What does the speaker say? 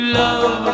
love